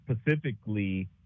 specifically